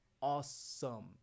awesome